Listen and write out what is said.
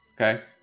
Okay